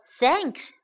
thanks